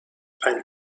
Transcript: ein